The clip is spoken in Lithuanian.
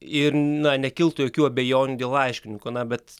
ir na nekiltų jokių abejonių dėl laiškininko na bet